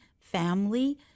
family